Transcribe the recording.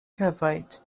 cavite